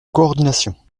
coordination